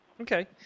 Okay